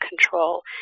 control